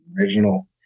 Original